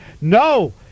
No